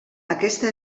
aquesta